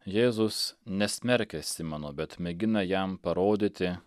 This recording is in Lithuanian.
jėzus nesmerkia simono bet mėgina jam parodyti